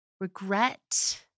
Regret